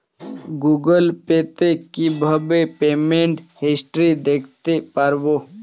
Google Pay তে কিভাবে payment history দেখতে পারবো?